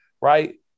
right